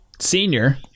senior